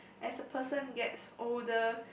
as a person gets older